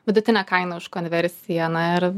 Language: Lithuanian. vidutinė kaina už konversiją na ir